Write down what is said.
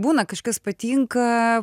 būna kažkas patinka